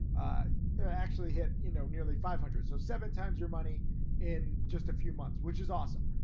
their actually hit you know, nearly five hundred, so seven times your money in just a few months, which is awesome.